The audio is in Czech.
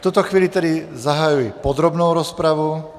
V tuto chvíli tedy zahajuji podrobnou rozpravu.